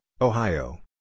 Ohio